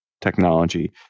technology